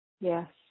Yes